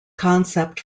concept